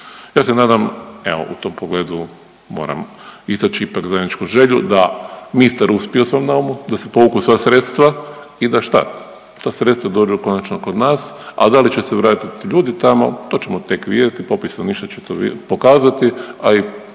Ja se nadam evo u tom pogledu moram istaći ipak zajedničku želju da ministar uspije u svom naumu, da se povuku sva sredstva i da šta, ta sredstva dođu konačno kod nas. A da li će se vratiti ljudi tamo to ćemo tek vidjeti, popis stanovništva će to pokazati, a i prebivalište